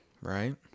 right